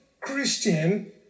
Christian